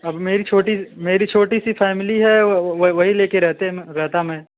अब मेरी छोटी मेरी छोटी सी फ़ैमिली है वहीं लेकर रहते हैं हम रहता मैं